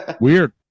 Weird